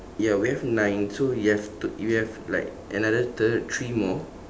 ya we have nine so we have t~ we have like another thir~ three more